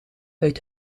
uit